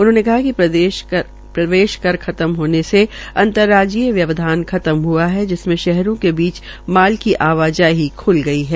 उन्होंने कहा कि प्रदेश कर खत्म होने से अंर्तराज्यीय व्यवधान खत्म हआ है जिसमें शहरों के बीच माल की आवाजाही ख्ल गयी है